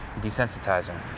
desensitizing